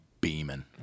beaming